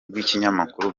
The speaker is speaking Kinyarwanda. w’ikinyamakuru